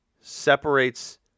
separates